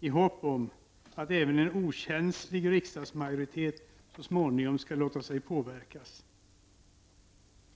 i hopp om att även en okänslig riksdagsmajoritet så småningom skall låta sig påverkas.